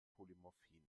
polymorphie